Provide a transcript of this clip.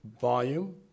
volume